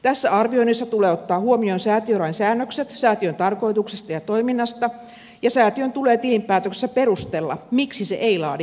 tässä arvioinnissa tulee ottaa huomioon säätiölain säännökset säätiön tarkoituksesta ja toiminnasta ja säätiön tulee tilinpäätöksessä perustella miksi se ei laadi konsernitilinpäätöstä